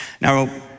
Now